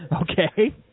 Okay